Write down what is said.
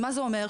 מה זה אומר?